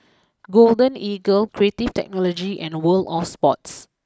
Golden Eagle Creative Technology and World of Sports